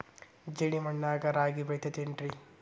ಜೇಡಿ ಮಣ್ಣಾಗ ರಾಗಿ ಬೆಳಿತೈತೇನ್ರಿ?